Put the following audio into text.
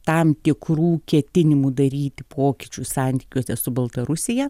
tam tikrų ketinimų daryti pokyčių santykiuose su baltarusija